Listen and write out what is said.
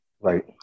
Right